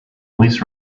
lease